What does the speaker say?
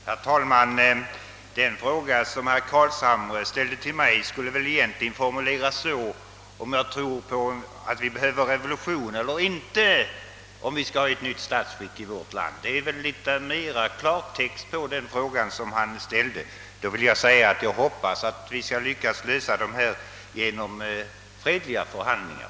Herr talman! Den fråga som herr Carlshamre ställde till mig skulle väl egentligen formuleras så: Behövs det revolution eller inte, om vi skall ha ett nytt statsskick i vårt land? Det är i litet mer klartext den fråga som han ställde. Då vill jag säga att jag hoppas att vi skall lyckas lösa den genom fredliga förhandlingar.